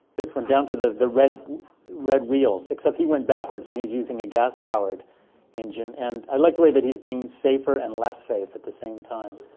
this went down to the the red red wheels, except he went backwards, and he's using a gas-powered engine. and i like the way that he's being safer and less safe at the same time.